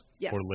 Yes